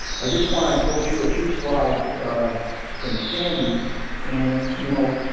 i just wanna go through a few slides from sandy and you know,